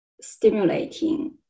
stimulating